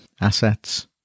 assets